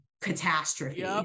catastrophe